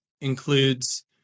includes